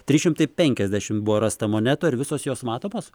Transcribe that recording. trys šimtai penkiasdešimt buvo rasta monetų ar visos jos matomos